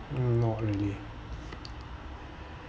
not really